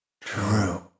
True